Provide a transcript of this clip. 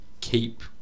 keep